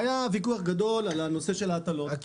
היה ויכוח גדול על הנושא של ההטלות --- ניר,